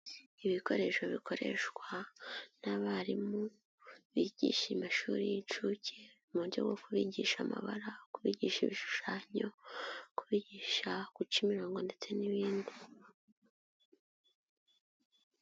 Ibikoresho bikoreshwa n'abarimu bigisha amashuri y'inshuke mu buryo bwo kubigisha amabara, kubigisha ibishushanyo, kubigisha guca imirongo ndetse n'ibindi.